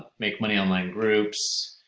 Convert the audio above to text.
make money online groups,